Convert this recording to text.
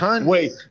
wait